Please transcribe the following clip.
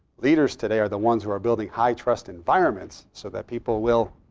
leaders today are the ones who are building high trust environments so that people will